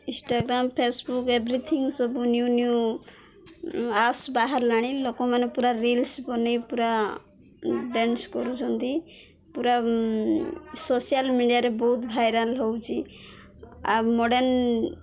Instagram Facebook everything ସବୁ new new apps ବାହାରିଲାଣି ଲୋକମାନେ ପୁରା ରିଲ୍ସ ବନେଇ ପୁରା ଡ୍ୟାନ୍ସ କରୁଚନ୍ତି ପୁରା ସୋସିଆଲ ମିଡ଼ିଆରେ ବହୁତ ଭାଇରାଲ ହଉଛି ଆଉ ମଡ଼େନ